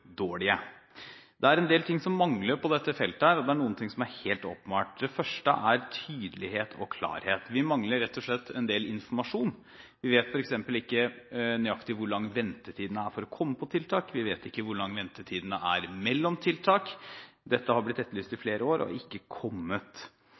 Det er en del ting som mangler på dette feltet, og det er noen ting som er helt åpenbare. Det første er tydelighet og klarhet. Vi mangler rett og slett en del informasjon. Vi vet f.eks. ikke nøyaktig hvor lang ventetiden er for å komme på tiltak. Vi vet ikke hvor lang ventetiden er mellom tiltak. Dette har blitt etterlyst i